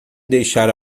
deixar